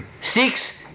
Six